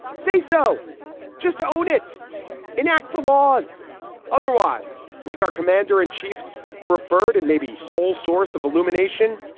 say so just to own it enact the laws otherwise like our commander in chief's preferred and maybe sole source of illumination.